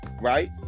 right